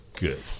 Good